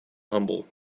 humble